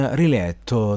riletto